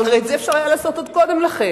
אבל הרי את זה היה אפשר לעשות עוד קודם לכן.